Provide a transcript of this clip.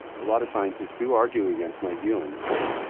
a lot of scientists do argue against my view in this way.